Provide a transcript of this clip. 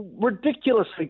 ridiculously